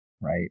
right